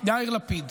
יאיר לפיד.